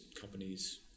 companies